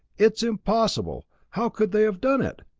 it's impossible how could they have done it?